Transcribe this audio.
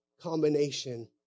combination